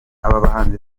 abahanzi